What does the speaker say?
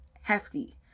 hefty